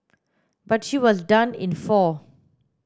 but she was done in four